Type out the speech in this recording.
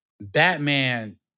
Batman